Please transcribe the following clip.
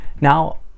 Now